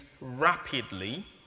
rapidly